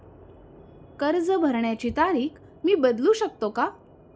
कर्ज भरण्याची तारीख मी बदलू शकतो का?